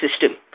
system